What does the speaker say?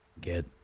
get